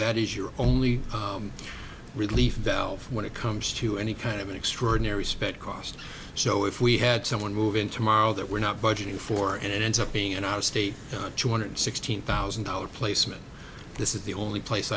is your only relief valve when it comes to any kind of an extraordinary spec cost so if we had someone move in to morrow that we're not budgeting for and it ends up being in our state the two hundred sixteen thousand dollars placement this is the only place